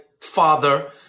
father